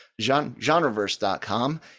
genreverse.com